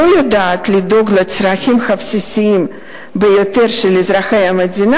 לא יודעת לדאוג לצרכים הבסיסיים ביותר של אזרחי המדינה,